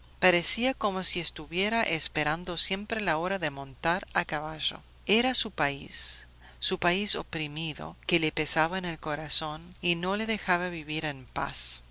parecía como si estuviera esperando siempre la hora de montar a caballo era su país su país oprimido que le pesaba en el corazón y no le dejaba vivir en paz